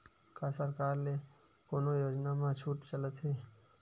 का सरकार के ले कोनो योजना म छुट चलत हे?